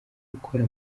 gukora